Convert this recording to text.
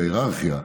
בהיררכיה.